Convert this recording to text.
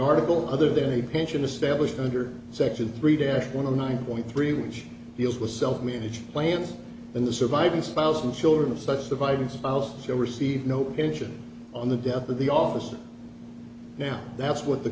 article other than a pension established under section three dash one of nine point three which deals with self made plans in the surviving spouse and children of such surviving spouse will receive no pension on the death of the officer now that's what the